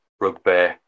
rugby